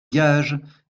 gages